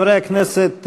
חברי הכנסת,